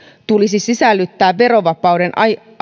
tulisi sisällyttää verovapaiden